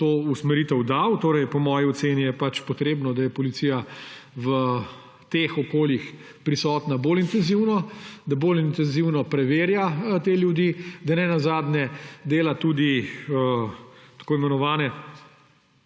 to usmeritev dal, po moji oceni je potrebno, da je policija v teh okoljih prisotna bolj intenzivno, da bolj intenzivno preverja te ljudi, da nenazadnje dela tudi tako imenovane